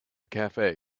cafe